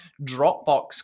dropbox